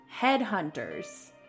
headhunters